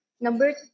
Number